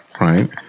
right